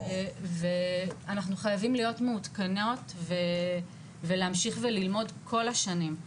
ואנחנו חייבים להיות מעודכנות ולהמשיך וללמוד כל השנים,